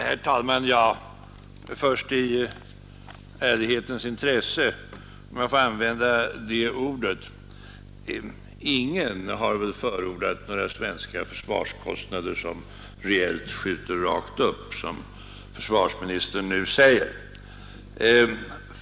Herr talman! För det första vill jag i ärlighetens intresse — om jag får använda detta uttryck — säga att ingen väl har förordat att några svenska försvarskostnader reellt skall skjuta rakt upp, som försvarsministern nu säger.